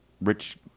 rich